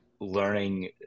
learning